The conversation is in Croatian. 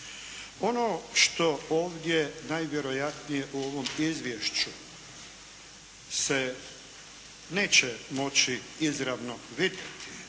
Ono što ovdje najvjerojatnije u ovom izvješću se neće moći izravno vidjeti,